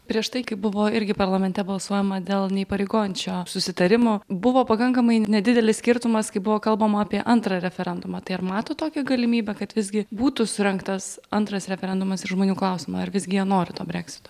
prieš tai kai buvo irgi parlamente balsuojama dėl neįpareigojančio susitarimo buvo pakankamai nedidelis skirtumas kai buvo kalbama apie antrą referendumą tai ar matot tokią galimybę kad visgi būtų surengtas antras referendumas ir žmonių klausiama ar visgi jie nori to breksito